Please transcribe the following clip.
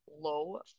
low